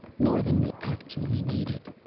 more than we actually needed.